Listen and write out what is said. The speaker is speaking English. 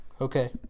okay